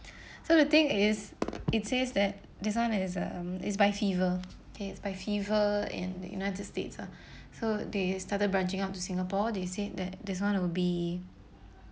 so the thing is it says that this one is um is by fever okay it's by fever in the united states ah so they started branching out to singapore they said that this one will be